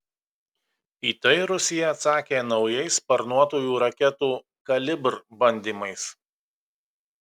į tai rusija atsakė naujais sparnuotųjų raketų kalibr bandymais